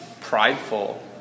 prideful